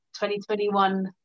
2021